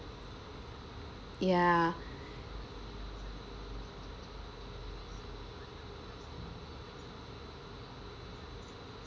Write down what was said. ya